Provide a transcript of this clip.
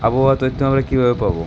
আবহাওয়ার তথ্য আমরা কিভাবে পাব?